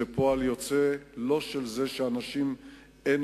זה פועל יוצא לא של זה שלאנשים אין